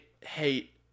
hate